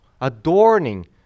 adorning